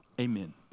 Amen